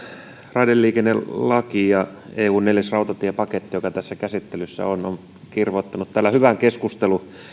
raideliikennelaki ja eun neljäs rautatiepaketti joka tässä käsittelyssä on on kirvoittanut täällä hyvän keskustelun